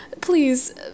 please